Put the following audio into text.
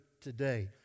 today